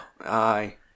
Aye